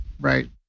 Right